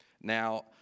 Now